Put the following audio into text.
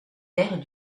terres